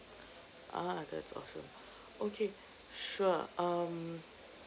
ah that's awesome okay sure um